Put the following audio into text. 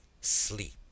sleep